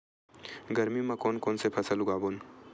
गरमी मा कोन कौन से फसल उगाबोन?